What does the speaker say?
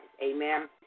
Amen